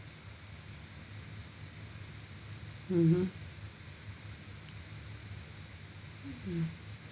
mmhmm mm